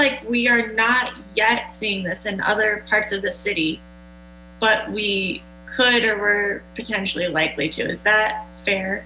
like we are not yet seeing this in other parts of the city but we could or we're potentially likely is that fair